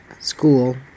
school